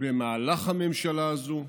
במהלך הממשלה הזו.